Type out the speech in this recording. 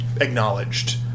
acknowledged